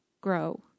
grow